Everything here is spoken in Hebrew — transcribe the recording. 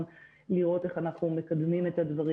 לראות איך אנחנו מקדמים את הדברים.